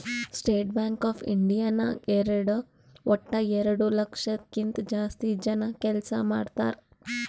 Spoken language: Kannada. ಸ್ಟೇಟ್ ಬ್ಯಾಂಕ್ ಆಫ್ ಇಂಡಿಯಾ ನಾಗ್ ವಟ್ಟ ಎರಡು ಲಕ್ಷದ್ ಕಿಂತಾ ಜಾಸ್ತಿ ಜನ ಕೆಲ್ಸಾ ಮಾಡ್ತಾರ್